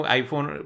iPhone